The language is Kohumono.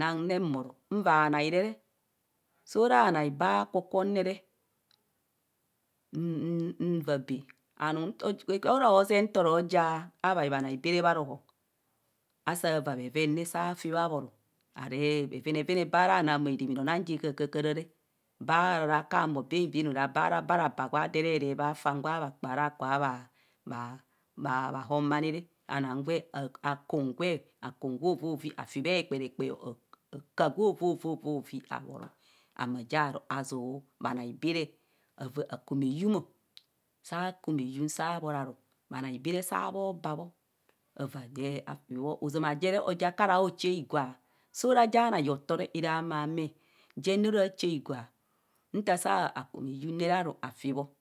nang bhoro nva anai re saa ra anai ba kwọ kwọ nere mm mva bee anum nto bee oro zee nto ro ja abee banai bee re bharohon asaa vaa bheven saa fi bho abhoro aree bhevenevene baa ra na bee maa onang je kakaka re ba harara ka humo bạạn bạạn ora ba raba raba gwa de re ree bha faam gwa khakpa ka bha bha hon bhani re anang gwe akum gwe akum gwe ovovi afi bhe ekperekpeo a kạạ gwe ovoviovovi abhoro ama jie aru azuu bhanai baree akum eyam saa kum eyum sa bhoro aru bhanai baree saa bho baa bho avaa je afi bho ozạmạ aje re oja akara ocha igwa soo ara ja nai otoo re ara amamr je ne ora acha igwa nta sa kum eyum re